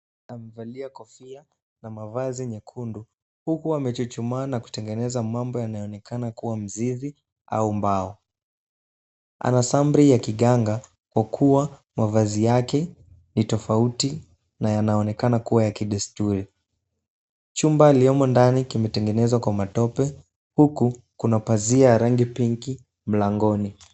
Amevalia kofia na mavazi nyekundu, huku amechuchumaa na kutengeneza mambo yanayonekana kua mzizi au mbao. Anasandri ya kiganga kwa kua mavazi yake ni tofauti na yanaonekana kua ya kidesturi. Chumba aliyomo ndani kimetengenezwa kwa matope, huku kuna pazia ya rangi pinki mlangoni.